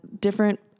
different